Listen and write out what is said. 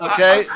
Okay